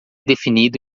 definido